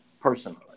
personally